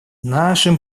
нашим